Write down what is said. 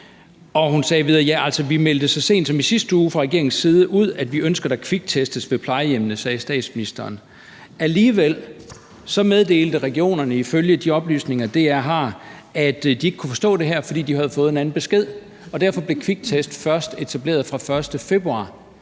Hun sagde videre: Vi meldte så sent som i sidste uge ud fra regeringens side, at vi ønsker, at der kviktestes ved plejehjemmene. Alligevel meddelte regionerne ifølge de oplysninger, DR har, at de ikke kunne forstå det her, fordi de jo havde fået en anden besked. Derfor blev kviktest først etableret fra den 1. februar.